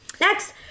Next